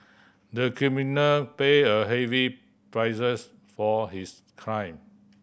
the criminal paid a heavy prices for his crime